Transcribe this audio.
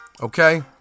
okay